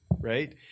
right